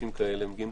זה